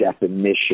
definition